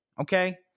Okay